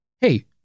Hey